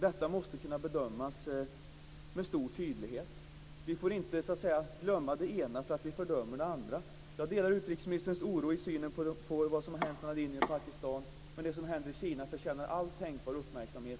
Detta måste kunna fördömas med stor tydlighet. Vi får inte glömma det ena för att vi fördömer det andra. Jag delar utrikesministerns oro över vad som har hänt mellan Indien och Pakistan, men det som händer i Kina förtjänar också all tänkbar uppmärksamhet.